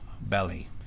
belly